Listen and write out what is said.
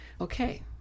okay